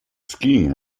skiing